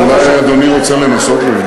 אבל לא לדבר לקיר.